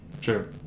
Sure